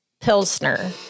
Pilsner